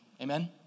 Amen